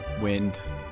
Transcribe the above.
wind